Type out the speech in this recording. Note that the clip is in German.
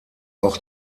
auch